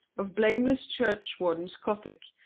of blameless church-warden's gothic,